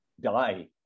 die